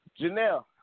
Janelle